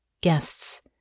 guests